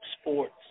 Sports